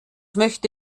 möchte